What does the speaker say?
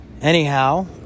Anyhow